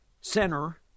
center